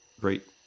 Great